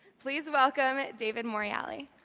please welcome david morreale.